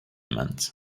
meant